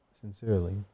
Sincerely